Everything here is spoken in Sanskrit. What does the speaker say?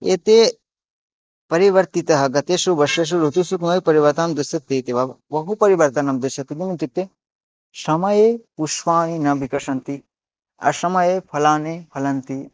एते परिवर्तितः गतेषु वर्षेषु ऋतुषु परिवर्तनं दृश्यते इति वा बहु परिवर्तनं दृश्यते बहु इत्युक्ते समये पुष्पाणि न विकसन्ति असमये फलानि फलन्ति